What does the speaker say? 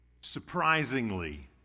surprisingly